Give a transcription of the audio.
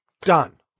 Done